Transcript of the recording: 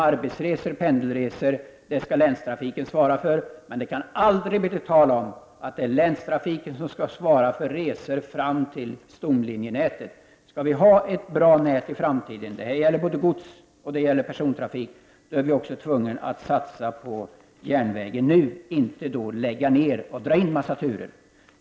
Arbetsresor och pendelresor skall länstrafiken svara för, men det kan aldrig bli tal om att länstrafiken skall svara för resor fram till stomlinjenätet. Skall vi ha ett bra nät i framtiden — det gäller både för godsoch persontrafik — är vi också tvungna att satsa på järnvägen nu. Vi kan inte bara lägga ner banor och ställa in en massa turer.